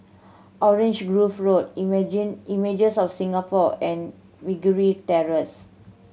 Orange Grove Road Images of Singapore and Meragi Terrace